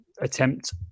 attempt